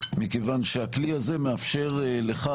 מכיוון שהכלי הזה מאפשר לך,